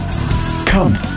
Come